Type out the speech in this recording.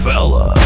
Fella